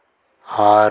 ఆరు